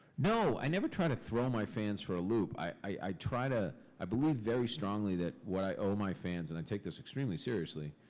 no, i never try to throw my fans for a loop. i try to. i believe very strongly that what i owe my fans, and i take this extremely seriously.